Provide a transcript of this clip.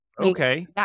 okay